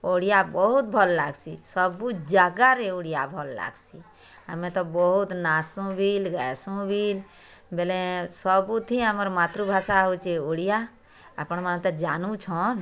ଓଡ଼ିଆ ବହୁତ୍ ଭଲ୍ ଲାଗ୍ସି ସବୁ ଜାଗାରେ ଓଡ଼ିଆ ଭଲ୍ ଲାଗ୍ସି ଆମେ ତ ବହୁତ୍ ନାଚଶୁଁ ଭି ଗାଏସୁଁ ଭି ବୋଲେ ସବୁଥି ଆମର୍ ମାତୃଭାଷା ହେଉଛି ଓଡ଼ିଆ ଆପଣମାନେ ତ ଜାନୁଛନ୍